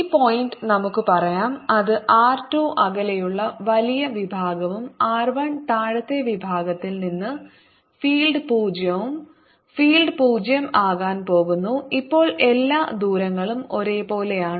ഈ പോയിന്റ് നമുക്ക് പറയാം അത് r 2 അകലെയുള്ള വലിയ വിഭാഗവും r 1 താഴത്തെ വിഭാഗത്തിൽ നിന്ന് ഫീൽഡ് 0 ഉം ഫീൽഡ് 0 ആകാൻ പോകുന്നു ഇപ്പോൾ എല്ലാ ദൂരങ്ങളും ഒരുപോലെയാണ്